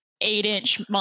eight-inch